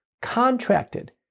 contracted